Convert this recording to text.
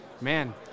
man